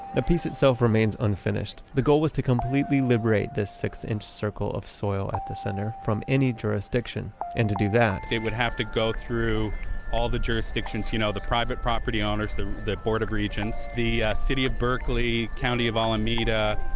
the piece itself remains unfinished. the goal was to completely liberate this six-inch circle of soil at the center from any jurisdiction. and to do that it would have to go through all the jurisdictions, you know, the private property owners, the board of regents, the city of berkeley, the county of alameda,